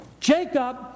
Jacob